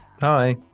Hi